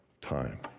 time